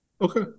Okay